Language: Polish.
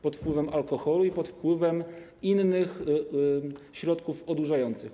Pod wpływem alkoholu i pod wpływem innych środków odurzających.